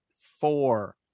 four